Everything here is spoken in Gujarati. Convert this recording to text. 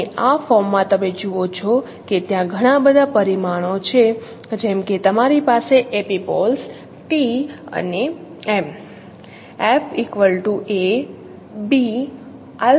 અને આ ફોર્મમાં તમે જુઓ છો કે ત્યાં ઘણા બધા પરિમાણો છે જેમ કે તમારી પાસે એપિપોલ્સ t અને M